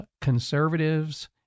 Conservatives